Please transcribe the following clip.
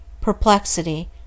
perplexity